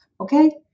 okay